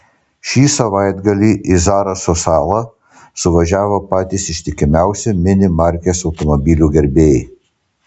šį savaitgalį į zaraso salą suvažiavo patys ištikimiausi mini markės automobilių gerbėjai